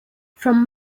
from